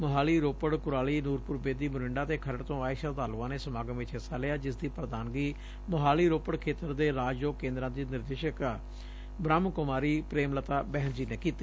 ਮੁਹਾਲੀ ਰੋਪੜ ਕੁਰਾਲੀ ਨੂਰਪੁਰਬੇਦੀ ਮੋਰਿੰਡਾ ਅਤੇ ਖਰੜ ਤੋਂ ਆਏ ਸ਼ਰਧਾਲੂਆਂ ਨੇ ਸਮਾਗਮ ਚ ਹਿੱਸਾ ਲਿਆ ਜਿਸ ਦੀ ਪ੍ਰਧਾਨਗੀ ਮੁਹਾਲੀ ਰੋਪੜ ਖੇਤਰ ਦੇ ਰਾਜਯੋਗ ਕੇਂਦਰਾਂ ਦੀ ਨਿਰਦੇਸ਼ਕ ਬਰੱਹਮ ਕੁਮਾਰੀ ਪ੍ਰੇਮਲਤਾ ਬਹਿਨ ਜੀ ਨੇ ਕੀਤੀ